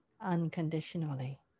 unconditionally